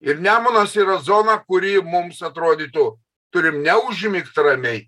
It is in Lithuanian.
ir nemunas yra zona kuri mums atrodytų turim neužmigt ramiai